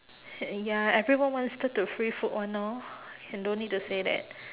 and ya everyone wants the to free food !hannor! and don't need to say that